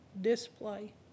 display